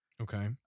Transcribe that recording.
okay